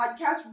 podcast